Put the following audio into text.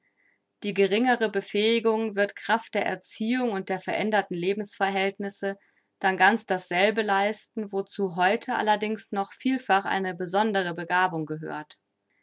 die geringere befähigung wird kraft der erziehung und der veränderten lebensverhältnisse dann ganz dasselbe leisten wozu heute allerdings noch vielfach eine besondere begabung gehört